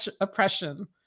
oppression